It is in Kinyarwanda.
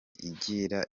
igira